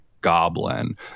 goblin